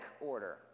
order